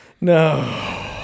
No